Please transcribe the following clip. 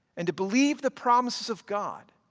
and to believe the promises of god,